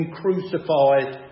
crucified